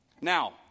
Now